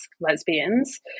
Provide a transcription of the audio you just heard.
lesbians